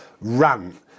rant